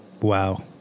Wow